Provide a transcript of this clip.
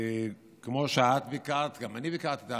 כמו שאת ביקרת, גם אני ביקרתי.